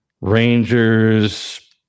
Rangers